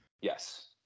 Yes